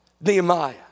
Nehemiah